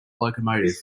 locomotive